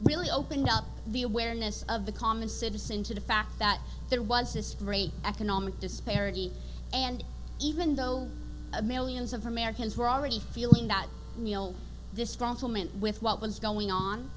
really opened up the awareness of the common citizen to the fact that there was this great economic disparity and even though millions of americans were already feeling that neal this complement with what was going on